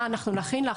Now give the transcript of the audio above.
אה אנחנו נכין לך,